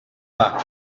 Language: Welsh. dda